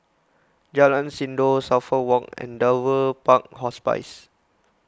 Jalan Sindor Suffolk Walk and Dover Park Hospice